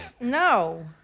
No